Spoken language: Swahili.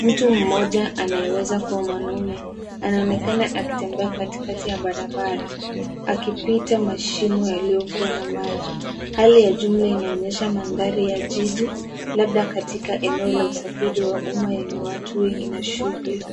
Mtu mmoja anayeweza kuwa mwanaume anaonekana akitembea katikati ya barabara akipita mashimo yaliyokuwa na maji. Hali ya jumla inaonyesha mandhari ya jiji labda katika eneo la usafiri wa umma yenye watu wengi na shughuli.